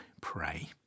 pray